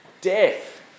death